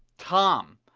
tom,